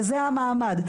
בזה המעמד,